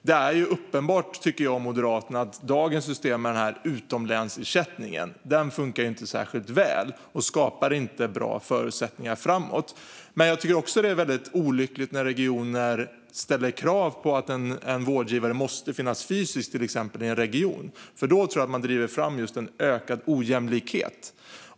Det är uppenbart, tycker jag och Moderaterna, att dagens system med utomlänsersättning inte funkar särskilt väl och inte skapar bra förutsättningar framåt. Men jag tycker också att det är väldigt olyckligt att regioner ställer krav på att en vårdgivare ska finnas tillgänglig fysiskt i till exempel en region. Då tror jag att man driver fram en ökad ojämlikhet.